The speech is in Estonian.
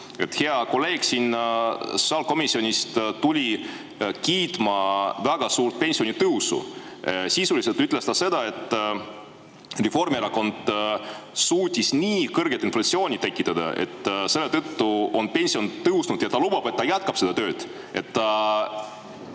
hea kolleeg sotsiaalkomisjonist tuli kiitma väga suurt pensionitõusu. Sisuliselt ütles ta seda, et Reformierakond suutis tekitada nii kõrge inflatsiooni, et selle tõttu on pensionid tõusnud, ja ta lubas, et ta jätkab seda tööd,